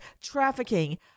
trafficking